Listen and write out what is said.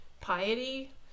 piety